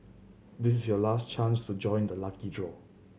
this is your last chance to join the lucky draw